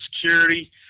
security